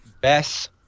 best